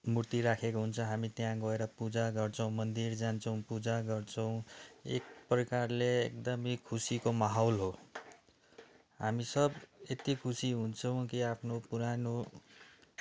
मुर्ती राखेको हुन्छ हामी त्यहाँ गएर पूजा गर्छौँ मन्दिर जान्छौँ पूजा गर्छौँ एक प्रकारले एकदमै खुसीको माहौल हो हामी सब यति खुसी हुन्छौँ कि आफ्नो पुरानो